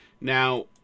Now